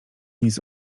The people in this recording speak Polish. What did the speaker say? nic